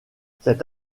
cette